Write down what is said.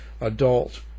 adult